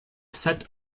set